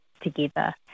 together